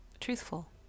truthful